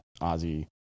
Ozzy